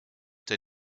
der